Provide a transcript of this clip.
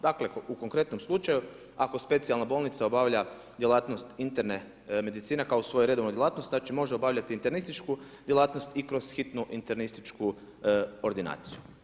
Dakle, u konkretnom slučaju, ako specijalna bolnica obavlja djelatnost interne medicine kao svoju redovnu djelatnost, znači može obavljati internističku djelatnost i kroz hitnu internističku ordinaciju.